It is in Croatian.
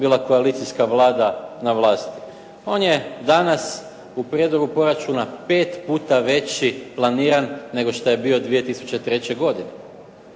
bila koalicijska Vlada na vlasti. On je danas u prijedlogu proračuna 5 puta veći planiran, nego što je bio 2003. godine.